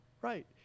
Right